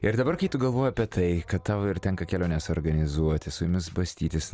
ir dabar kai tu galvoji apie tai kad tau ir tenka keliones organizuoti su jomis bastytis